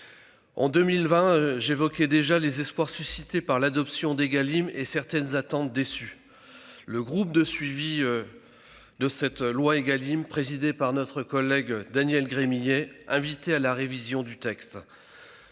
En 2020, déjà, j'évoquais les espoirs suscités par l'adoption d'Égalim, et les attentes déçues. Le groupe de suivi de cette loi, présidé par notre collègue Daniel Gremillet, a invité à en réviser le texte.